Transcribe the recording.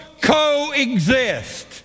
coexist